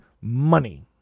money